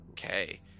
okay